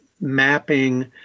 mapping